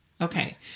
okay